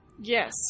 Yes